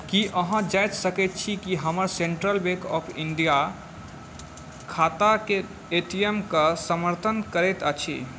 की अहाँ जाॅंचि सकैत छी कि हमर सेंट्रल बैंक ऑफ इंडिया खाताके पे टीएम के समर्थन करैत अछि